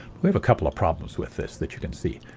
we have a couple of problems with this that you can see.